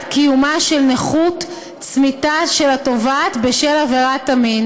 קיומה של נכות צמיתה של התובעת בשל עבירת המין,